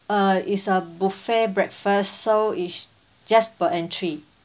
uh is a buffet breakfast so is just per entry